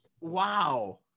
Wow